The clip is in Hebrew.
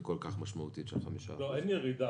כל כך משמעותית של 5%. אין ירידה בתעשייה.